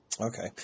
Okay